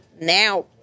now